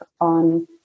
on